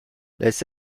les